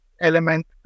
element